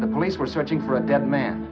the police were searching for a dead man